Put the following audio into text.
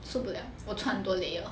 受不了我穿很多 layer